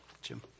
Jim